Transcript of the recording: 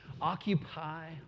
occupy